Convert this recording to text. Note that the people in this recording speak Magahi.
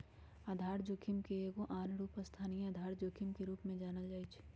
आधार जोखिम के एगो आन रूप स्थानीय आधार जोखिम के रूप में जानल जाइ छै